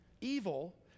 Evil